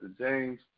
James